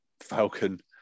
falcon